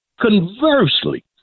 Conversely